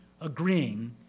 agreeing